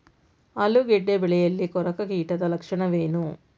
ಆಲೂಗೆಡ್ಡೆ ಬೆಳೆಯಲ್ಲಿ ಕೊರಕ ಕೀಟದ ಲಕ್ಷಣವೇನು?